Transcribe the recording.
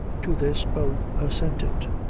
to this both assented,